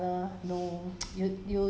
sometimes I don't even think of err